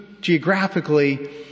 geographically